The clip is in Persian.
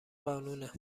قانونه